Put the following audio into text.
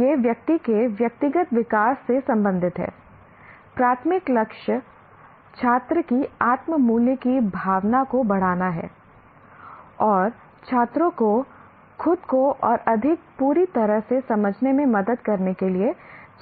यह व्यक्ति के व्यक्तिगत विकास से संबंधित हैI प्राथमिक लक्ष्य छात्र की आत्म मूल्य की भावना को बढ़ाना हैI और छात्रों को खुद को और अधिक पूरी तरह से समझने में मदद करने के लिए